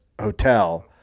hotel